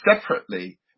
separately